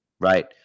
Right